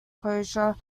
closure